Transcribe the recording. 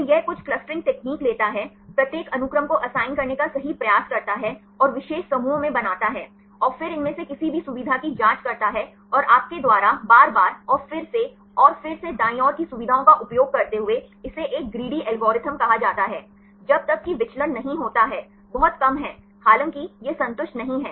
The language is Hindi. तो यह कुछ क्लस्टरिंग तकनीक लेता है प्रत्येक अनुक्रम को असाइन करने का सही प्रयास करता है और विशेष समूहों में बनाता है और फिर इनमें से किसी भी सुविधा की जांच करता है और आपके द्वारा बार बार और फिर से और फिर से दाईं ओर की सुविधाओं का उपयोग करते हुए इसे एक ग्रीडी एल्गोरिथ्म कहा जाता है जब तक कि विचलन नहीं होता है बहुत कम है हालांकि यह संतुष्ट नहीं है